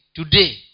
today